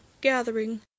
gathering